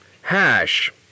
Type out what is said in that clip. Hash